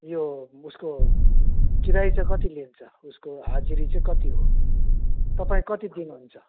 यो उसको किराय चाहिँ कति लिन्छ उसको हाजिरा चाहिँ कति हो तपाईँ कति दिनुहुन्छ